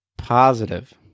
Positive